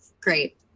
Great